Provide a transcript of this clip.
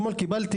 אתמול קיבלתי